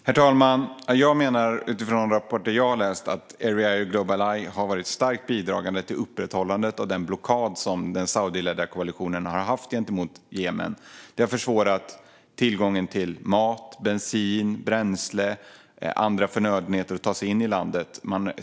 Herr talman! Jag menar utifrån rapporter som jag har läst att Erieye och Global Eye har varit starkt bidragande till upprätthållandet av den blockad som den saudiledda koalitionen har haft gentemot Jemen. Det har försvårat tillgången till mat, bensin, bränsle och andra förnödenheter och gjort att de har haft svårt att ta sig in i landet.